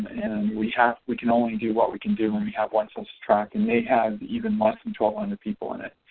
we have we can only do what we can do when we have one census tract and they had even less than twelve hundred people in it.